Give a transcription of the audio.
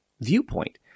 viewpoint